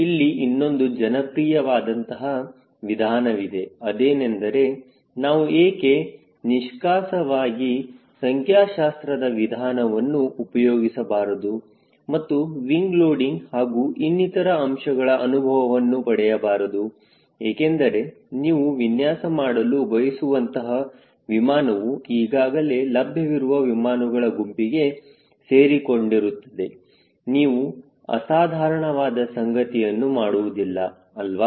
ಇಲ್ಲಿ ಇನ್ನೊಂದು ಜನಪ್ರಿಯವಾದಂತಹ ವಿಧಾನವಿದೆ ಅದೇನೆಂದರೆ ನಾವು ಏಕೆ ನಿಷ್ಕಾಸವಾಗಿ ಸಂಖ್ಯಾಶಾಸ್ತ್ರದ ವಿಧಾನವನ್ನು ಉಪಯೋಗಿಸಬಾರದು ಮತ್ತು ವಿಂಗ್ ಲೋಡಿಂಗ್ ಹಾಗೂ ಇನ್ನಿತರ ಅಂಶಗಳ ಅನುಭವವನ್ನು ಪಡೆಯಬಾರದು ಏಕೆಂದರೆ ನೀವು ವಿನ್ಯಾಸ ಮಾಡಲು ಬಯಸುವಂತಹ ವಿಮಾನವು ಈಗಾಗಲೇ ಲಭ್ಯವಿರುವ ವಿಮಾನಗಳ ಗುಂಪಿಗೆ ಸೇರಿಕೊಂಡಿರುತ್ತದೆ ನೀವು ಅಸಾಧಾರಣವಾದ ಸಂಗತಿಯನ್ನು ಮಾಡುವುದಿಲ್ಲ ಅಲ್ವಾ